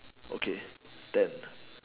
okay ten